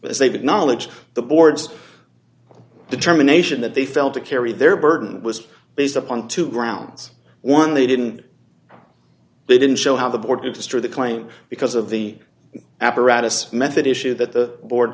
they've acknowledged the board's determination that they failed to carry their burden was based upon two grounds one they didn't they didn't show how the board to destroy the claim because of the apparatus method issue that the board